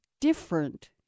different